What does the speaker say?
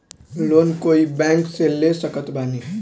Loan कोई bank से ले सकत बानी?